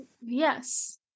Yes